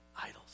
idols